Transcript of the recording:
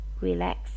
relax